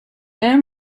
air